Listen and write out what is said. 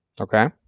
Okay